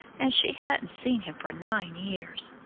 and she hadn't seen him for nine years.